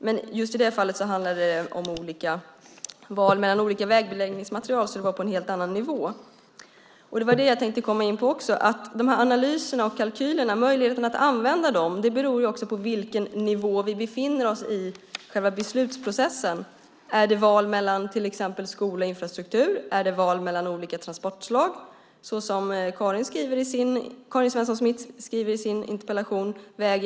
Men just i det fallet handlade det om val mellan olika vägbeläggningsmaterial, så det var på en helt annan nivå. Det var också det jag tänkte komma in på. Möjligheten att använda de här analyserna och kalkylerna hänger också samman med på vilken nivå vi befinner oss i själva beslutsprocessen. Är det val mellan till exempel skola och infrastruktur? Är det val mellan olika transportslag, väg och järnväg, såsom Karin Svensson Smith skriver i sin interpellation?